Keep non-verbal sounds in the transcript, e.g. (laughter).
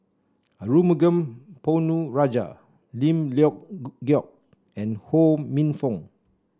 Arumugam Ponnu Rajah Lim Leong (unintelligible) Geok and Ho Minfong